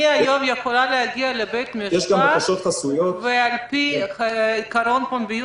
היום אני יכולה להגיע לבית המשפט ועל פי עיקרון פומביות